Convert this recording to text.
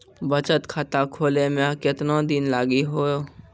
बचत खाता खोले मे केतना दिन लागि हो?